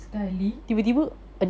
sekali